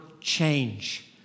change